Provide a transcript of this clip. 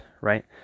right